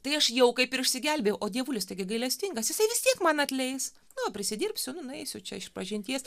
tai aš jau kaip ir išsigelbėjau o dievulis taigi gailestingas jisai vis tiek man atleis nu prisidirbsiu nu nueisiu čia išpažinties